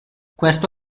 questo